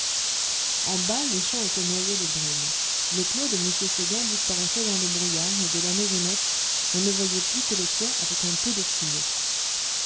en bas les champs étaient noyés de brume le clos de m seguin disparaissait dans le brouillard et de la maisonnette on ne voyait plus que le toit avec un peu de fumée